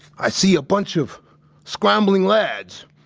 i see a bunch of scrambling lads.